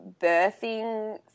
birthing